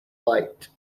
light